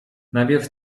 najpierw